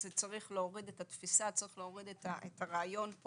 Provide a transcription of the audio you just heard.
צריך להוריד את התפיסה ואת הרעיון,